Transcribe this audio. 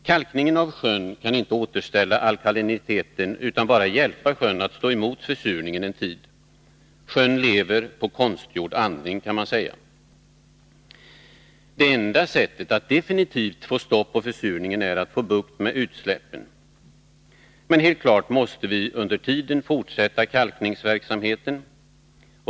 Kalkningen av sjön kan inte återställa alkaliniteten, utan bara hjälpa sjön att stå emot försurningen en tid. Sjön lever på konstgjord andning, kan man säga. Det enda sättet att definitivt få stopp på försurningen är att få bukt med utsläppen. Men helt klart måste vi under tiden fortsätta kalkningsverksamheten.